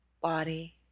body